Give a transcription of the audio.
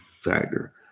factor